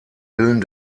willen